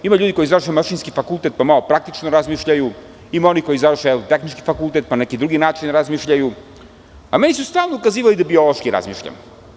Ima ljudi koji završe Mašinski fakultet, pa malo praktično razmišljaju, ima oni koji završe Tehnički fakultet, pa na neki drugi način razmišljaju, a meni su stalno ukazivali da biološki razmišljam.